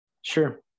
Sure